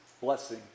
blessing